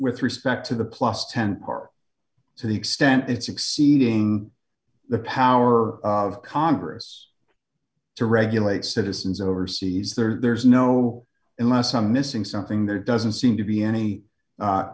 with respect to the plus ten to the extent it's exceeding the power of congress to regulate citizens overseas there's no unless i'm missing something there doesn't seem to be any